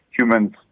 humans